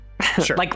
Sure